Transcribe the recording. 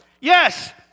yes